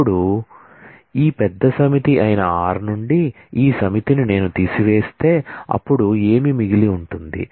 ఇప్పుడు ఈ పెద్ద సమితి అయిన r నుండి ఈ సమితిని నేను తీసివేస్తే అప్పుడు ఏమి మిగిలి ఉంటుంది